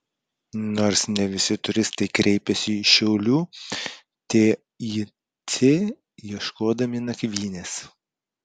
nors ne visi turistai kreipiasi į šiaulių tic ieškodami nakvynės